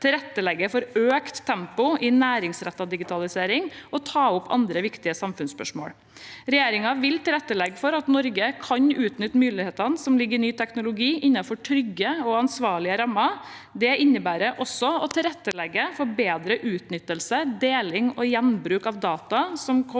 tilrettelegge for økt tempo i næringsrettet digitalisering og ta opp andre viktige samfunnsspørsmål. Regjeringen vil tilrettelegge for at Norge kan utnytte mulighetene som ligger i ny teknologi innenfor trygge og ansvarlige rammer. Det innebærer også å tilrettelegge for bedre utnyttelse, deling og gjenbruk av data som kommer